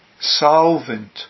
solvent